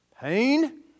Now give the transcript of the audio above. pain